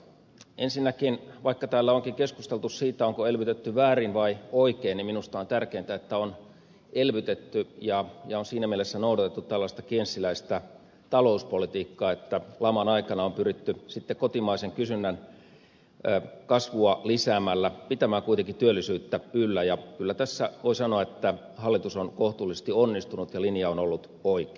ensinnäkin vaikka täällä onkin keskusteltu siitä onko elvytetty väärin vai oikein niin minusta on tärkeintä että on elvytetty ja on siinä mielessä noudatettu tällaista keynesiläistä talouspolitiikkaa että laman aikana on pyritty sitten kotimaisen kysynnän kasvua lisäämällä pitämään kuitenkin työllisyyttä yllä ja kyllä tässä voi sanoa että hallitus on kohtuullisesti onnistunut ja linja on ollut oikea